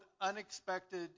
unexpected